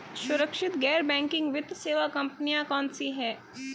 सुरक्षित गैर बैंकिंग वित्त सेवा कंपनियां कौनसी हैं?